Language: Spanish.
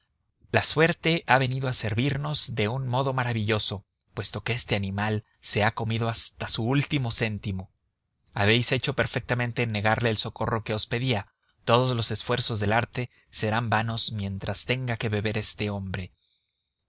la suerte ha venido a servirnos de un modo maravilloso puesto que este animal se ha comido hasta su último céntimo habéis hecho perfectamente en negarle el socorro que os pedía todos los esfuerzos del arte serán vanos mientras tenga que beber ese hombre